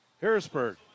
Harrisburg